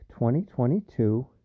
2022